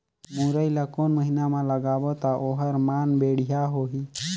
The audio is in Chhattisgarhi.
मुरई ला कोन महीना मा लगाबो ता ओहार मान बेडिया होही?